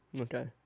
Okay